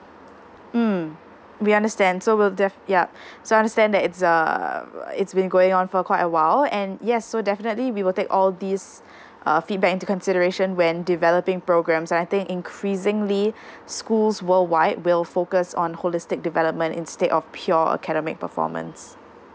mm we understand so we'll yup so understand that it's uh it's been going on for quite a while and yes so definitely we will take all these uh feedback into consideration when developing programmess and I think increasingly schools worldwide will focus on holistic development instead of pure academic performance